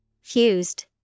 Fused